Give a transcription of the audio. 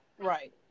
right